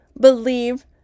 believe